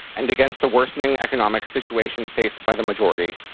and against the worsening economic situation faced by the majority.